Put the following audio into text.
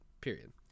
Period